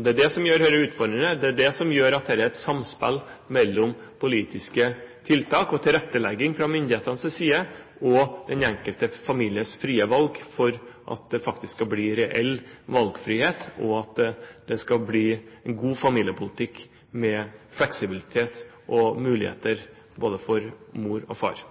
Det er det som gjør dette utfordrende – det er det som gjør at dette er et samspill mellom politiske tiltak og tilrettelegging fra myndighetenes side og den enkelte families frie valg, for at det faktisk skal bli reell valgfrihet, og at det skal bli en god familiepolitikk, med fleksibilitet og muligheter både for